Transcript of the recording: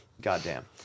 goddamn